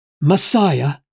Messiah